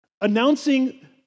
announcing